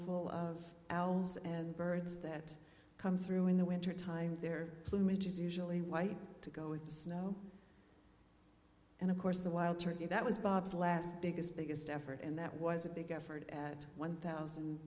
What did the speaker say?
full of owls and birds that come through in the winter time their plumage is usually white to go with the snow and of course the wild turkey that was bob's last biggest biggest ever and that was a big effort at one thousand